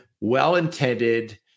well-intended